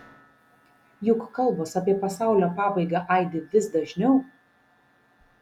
juk kalbos apie pasaulio pabaigą aidi vis dažniau